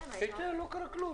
לא קרה כלום.